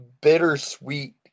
bittersweet